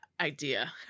idea